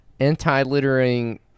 Anti-littering